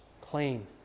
clean